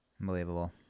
Unbelievable